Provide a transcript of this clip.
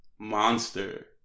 monster